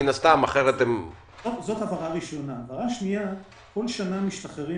כל שנה משתחררים